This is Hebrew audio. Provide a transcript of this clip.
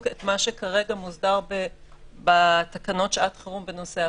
את מה שכרגע מוסדר בתקנות שעת חירום בנושא אכיפה.